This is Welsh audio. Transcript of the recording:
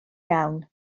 iawn